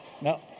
No